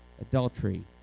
adultery